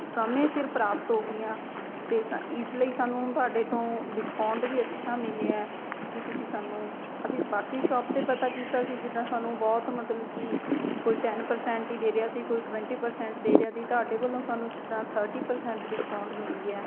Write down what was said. ਸਮੇਂ ਸਿਰ ਪ੍ਰਾਪਤ ਹੋ ਗਈਆਂ ਅਤੇ ਸਾ ਇਸ ਲਈ ਸਾਨੂੰ ਤੁਹਾਡੇ ਤੋਂ ਡਿਸਕਾਊਂਟ ਵੀ ਅੱਛਾ ਮਿਲਿਆ ਕਿ ਤੁਸੀਂ ਸਾਨੂੰ ਅਸੀਂ ਬਾਕੀ ਸ਼ੋਪ 'ਤੇ ਪਤਾ ਕੀਤਾ ਸੀ ਜਿੱਦਾਂ ਸਾਨੂੰ ਬਹੁਤ ਮਤਲਬ ਕਿ ਕੋਈ ਟੈੱਨ ਪਰਸੈਂਟ ਹੀ ਦੇ ਰਿਹਾ ਸੀ ਕੋਈ ਟਵੰਟੀ ਪਰਸੈਂਟ ਦੇ ਰਿਹਾ ਸੀ ਤੁਹਾਡੇ ਵੱਲੋਂ ਸਾਨੂੰ ਜਿੱਦਾਂ ਥਰਟੀ ਪਰਸੈਂਟ ਡਿਸਕਾਊਂਟ ਮਿਲ ਗਿਆ